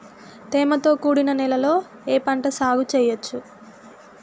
తేమతో కూడిన నేలలో ఏ పంట సాగు చేయచ్చు?